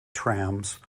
trams